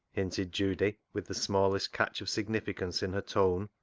hinted judy with the smallest catch of significance in her tone.